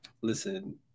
listen